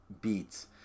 beats